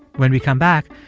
when we come back,